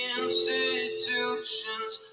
institutions